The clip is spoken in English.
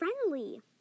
friendly